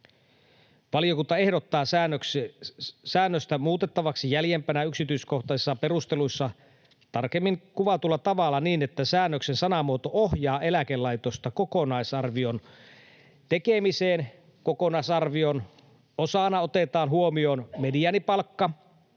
Valiokunta ehdottaa säännöstä muutettavaksi jäljempänä yksityiskohtaisissa perusteluissa tarkemmin kuvatulla tavalla niin, että säännöksen sanamuoto ohjaa eläkelaitosta kokonaisarvion tekemiseen. Kokonaisarvion osana otetaan huomioon mediaanipalkka